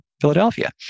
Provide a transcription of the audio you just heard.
Philadelphia